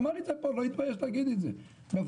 אמר את זה פה, לא התבייש להגיד את זה, בוועדה.